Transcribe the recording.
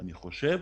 אני חושב